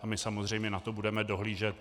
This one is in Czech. A my samozřejmě na to budeme dohlížet.